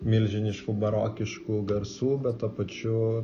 milžiniškų barokiškų garsų bet tuo pačiu